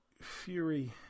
Fury